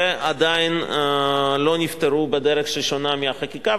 ועדיין לא נפתרו בדרך שהיא שונה מהחקיקה.